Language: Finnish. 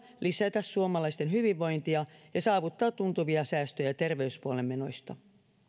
lisätä suomalaisten hyvinvointia ja saavuttaa tuntuvia säästöjä terveyspuolen menoista